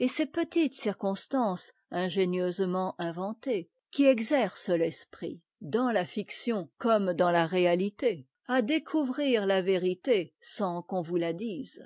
et ces petites circonstances ingénieusement inventées qui exercent l'esprit dans la fiction comme dans la réalité à découvrir la vérité sans qu'on vous la dise